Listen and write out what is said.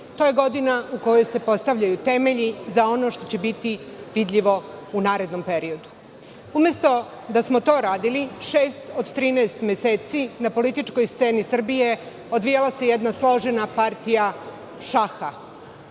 To je godina u kojoj se postavljaju temelji za ono što će biti vidljivo u narednom periodu. Umesto da smo to radili, šest od trinaest meseci na političkoj sceni Srbije odvijala se jedna složena partija šaha.